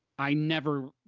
i never